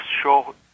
show